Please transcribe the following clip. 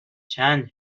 چند